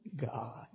God